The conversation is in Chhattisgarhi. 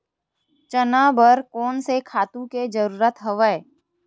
चना बर कोन से खातु के जरूरत हवय?